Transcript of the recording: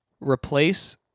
replace